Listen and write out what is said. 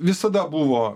visada buvo